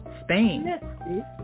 Spain